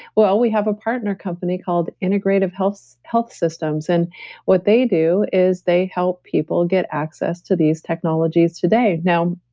well, we have a partner company called integrative health health systems and what they do is they help people get access to these technologies today now,